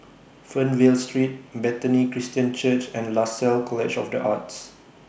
Fernvale Street Bethany Christian Church and Lasalle College of The Arts